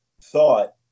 thought